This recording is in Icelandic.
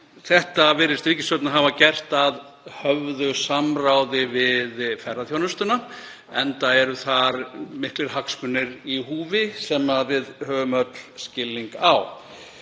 Þetta virðist ríkisstjórnin hafa gert að höfðu samráði við ferðaþjónustuna, enda eru þar miklir hagsmunir í húfi sem við höfum öll skilning á.